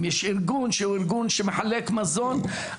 אם יש ארגון שהוא ארגון שמחלק מזון,